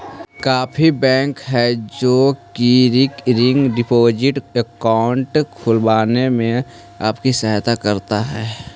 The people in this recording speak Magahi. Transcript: काफी बैंक हैं जो की रिकरिंग डिपॉजिट अकाउंट खुलवाने में आपकी सहायता करते हैं